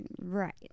Right